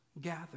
gather